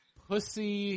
pussy